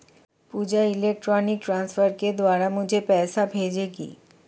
पूजा electronic transfer के द्वारा मुझें पैसा भेजेगी